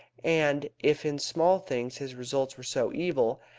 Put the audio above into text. and if in small things his results were so evil,